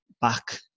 back